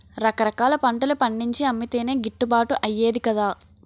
రకరకాల పంటలు పండించి అమ్మితేనే గిట్టుబాటు అయ్యేది కదా